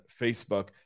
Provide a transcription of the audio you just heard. facebook